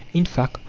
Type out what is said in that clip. in fact,